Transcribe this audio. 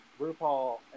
RuPaul